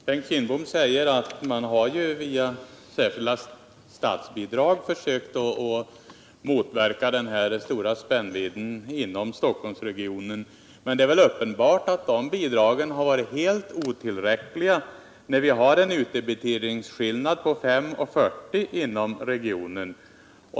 Herr talman! Bengt Kindbom sade att man genom särskilda statsbidrag försökt motverka den stora spännvidden inom Stockholmsregionen. Men det är väl uppenbart att bidragen har varit helt otillräckliga, eftersom vi inom regionen har en utdebiteringsskillnad på 5:40 kr.